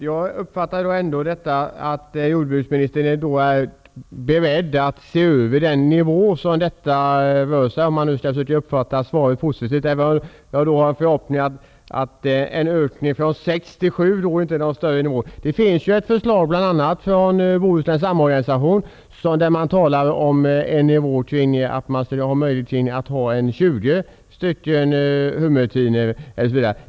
Herr talman! Jag uppfattade att jordbruksministern är beredd att se över den nivå som detta rör sig om. Det är ett försök att uppfatta svaret positivt. En ökning från sex till sju är dock inte någon större höjning av nivån. Det finns ett förslag, bl.a. från Bohusläns samorganisation, där man skulle kunna ha ca 20 hummertinor.